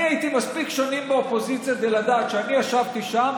אני הייתי מספיק שנים באופוזיציה כדי לדעת שכשאני ישבתי שם,